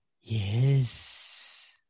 Yes